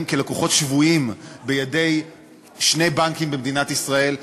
כלקוחות שבויים בידי שני בנקים במדינת ישראל,